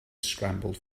scrambled